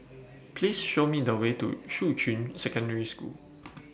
Please Show Me The Way to Shuqun Secondary School